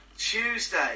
Tuesday